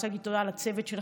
אני רוצה להגיד תודה לצוות שלך,